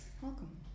Welcome